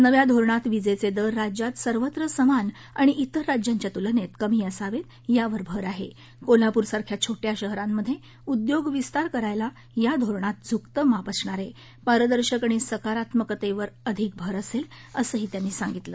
नव्या धोरणात वीजद्वावर राज्यात सर्वत्र समान आणि इतर राज्यांच्या तुलनकमी असावयावर भर आहकोल्हापूरसारख्या छोट्या शहरांमध्ये उद्योगविस्तार करायला या धोरणात झुकतं माप असणार आह पिरदर्शक आणि सकारात्मकत्वि अधिक भर असद्वी असंही त्यांनी सांगितलं